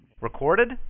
Recorded